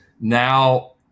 Now